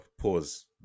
Pause